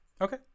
okay